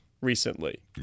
recently